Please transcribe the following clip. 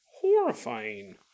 horrifying